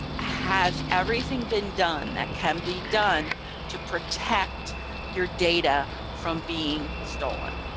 has everything been done that can be done to protect your data from being stolen,